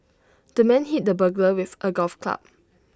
the man hit the burglar with A golf club